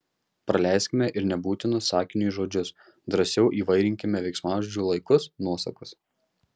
praleiskime ir nebūtinus sakiniui žodžius drąsiau įvairinkime veiksmažodžių laikus nuosakas